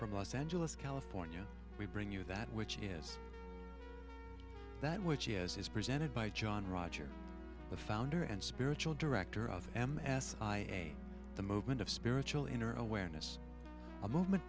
from los angeles california we bring you that which is that which he has is presented by john rogers the founder and spiritual director of am as i am the movement of spiritual inner awareness a movement